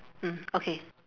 mm okay